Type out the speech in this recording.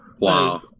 Wow